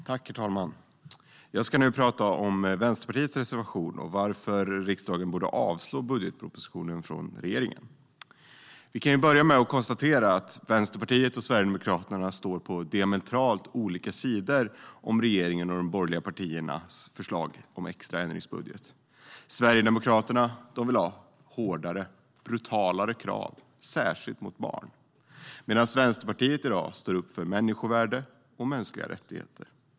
Herr talman! Jag ska prata om Vänsterpartiets reservation och varför riksdagen borde avslå budgetpropositionen från regeringen. Vi kan börja med att konstatera att Vänsterpartiet och Sverigedemokraterna står på diametralt olika sidor om regeringens och de borgerliga partiernas förslag om extra ändringsbudget. Sverigedemokraterna vill ha hårdare, brutalare krav, särskilt mot barn, medan Vänsterpartiet i dag står upp för människovärde och mänskliga rättigheter.